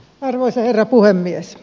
arvoisa herra puhemies